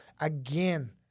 again